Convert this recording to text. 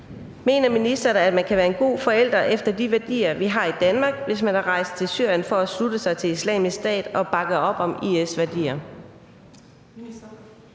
om ministeren mener, at man kan være en god forælder efter de værdier, vi har i Danmark, hvis man er rejst til Syrien for at slutte sig til Islamisk Stat og bakke op om IS-værdier.